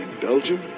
Belgium